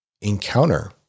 encounter